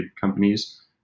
companies